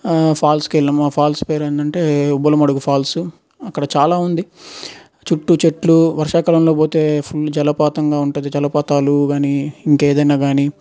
ఫాల్స్కు వెళ్ళాము ఫాల్స్ పేరేంటి అంటే ఉబ్బలమడుగు ఫాల్సు అక్కడ చాలా ఉంది చుట్టూ చెట్లు వర్షాకాలంలో పోతే ఫుల్ జలపాతంగా ఉంటుంది జలపాతాలు కాని ఇంకేదైనా కాని